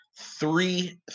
three